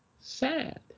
Sad